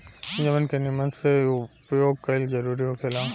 जमीन के निमन से उपयोग कईल जरूरी होखेला